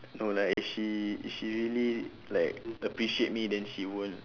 no lah if she if she really like appreciate me then she won't